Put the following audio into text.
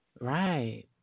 Right